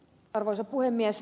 arvoisa puhemies